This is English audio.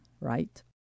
right